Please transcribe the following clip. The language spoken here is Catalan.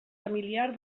familiar